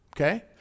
Okay